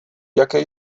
jaké